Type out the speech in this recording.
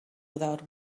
without